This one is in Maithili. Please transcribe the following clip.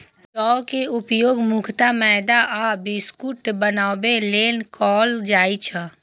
जौ के उपयोग मुख्यतः मैदा आ बिस्कुट बनाबै लेल कैल जाइ छै